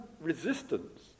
resistance